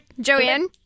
Joanne